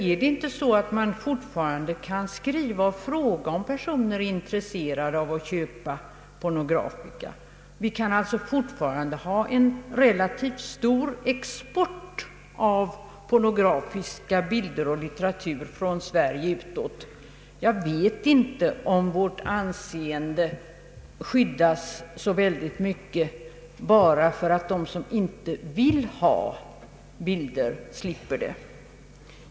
Är det inte så att man kan skriva och fråga om en person är intresserad av att köpa pornografika? Vi kan alltså fortfarande ha en relativt stor export av pornografiska bilder och litteratur från Sverige. Jag vet inte om vårt anseende skyddas så bra, bara för att de som inte vill ha bilder slipper detta.